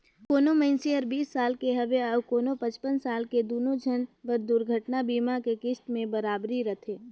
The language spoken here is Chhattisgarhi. कोनो मइनसे हर बीस साल के हवे अऊ कोनो पचपन साल के दुनो झन बर दुरघटना बीमा के किस्त में बराबरी रथें